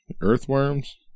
earthworms